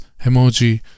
emoji